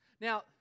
Now